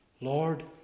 Lord